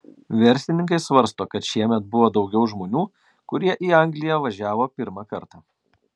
verslininkai svarsto kad šiemet buvo daugiau žmonių kurie į angliją važiavo pirmą kartą